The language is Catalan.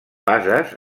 passes